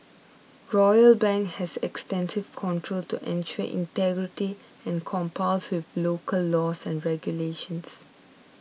Royal Bank has extensive controls to ensure integrity and complies with local laws and regulations